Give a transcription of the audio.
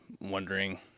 wondering